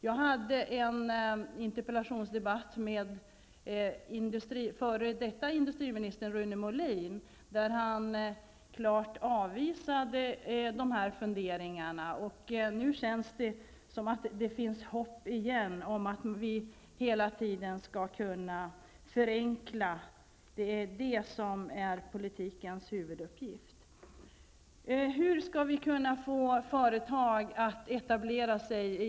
Jag hade en interpellationsdebatt med förre industriministern Rune Molin, där han klart avvisade dessa funderingar. Nu känns det som om det finns hopp om att vi skall kunna förenkla regelverket och kunna ägna oss åt det som är politikens huvuduppgift.